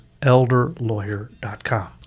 elderlawyer.com